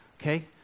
Okay